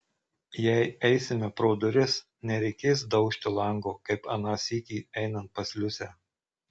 jei eisime pro duris nereikės daužti lango kaip aną sykį einant pas liusę